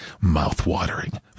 Mouth-watering